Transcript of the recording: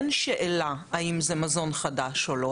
אין שאלה האם זה מזון חדש או לא.